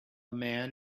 man